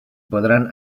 podran